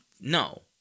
no